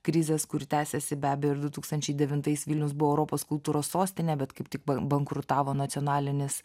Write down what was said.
krizės kuri tęsiasi be abejo ir du tūkstančiai devintais vilnius buvo europos kultūros sostinė bet kaip tik bankrutavo nacionalinis